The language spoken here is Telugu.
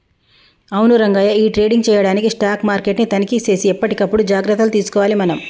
అవును రంగయ్య ఈ ట్రేడింగ్ చేయడానికి స్టాక్ మార్కెట్ ని తనిఖీ సేసి ఎప్పటికప్పుడు జాగ్రత్తలు తీసుకోవాలి మనం